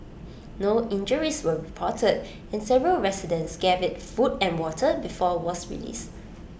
no injuries were reported and several residents gave IT food and water before was released